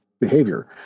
behavior